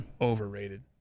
Overrated